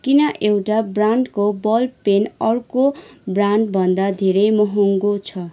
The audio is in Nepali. किन एउटा ब्रान्डको बल पेन अर्को ब्रान्डभन्दा धेरै महँगो छ